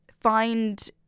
find